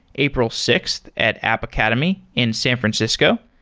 april sixth, at app academy in san francisco.